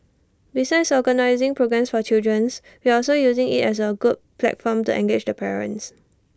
besides organising programmes for children's we're also using IT as A good platform to engage the parents